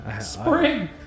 Spring